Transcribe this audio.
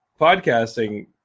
podcasting